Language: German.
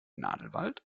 nadelwald